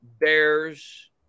Bears